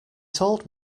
told